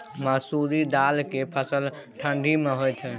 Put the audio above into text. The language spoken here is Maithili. मसुरि दाल के फसल ठंडी मे होय छै?